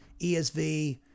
esv